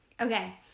Okay